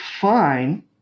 fine